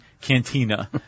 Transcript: cantina